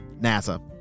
NASA